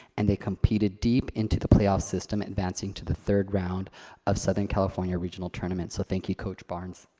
and they competed deep into the playoff system, advancing to the third round of southern california regional tournament. so, thank you, coach barnes.